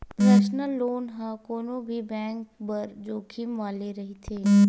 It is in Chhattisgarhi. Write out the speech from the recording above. परसनल लोन ह कोनो भी बेंक बर जोखिम वाले रहिथे